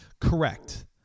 Correct